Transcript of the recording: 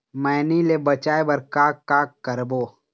मैनी ले बचाए बर का का करबो?